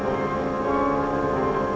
or